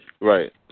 Right